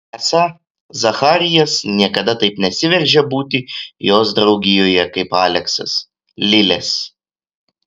esą zacharijas niekada taip nesiveržia būti jos draugijoje kaip aleksas lilės